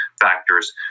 factors